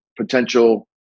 potential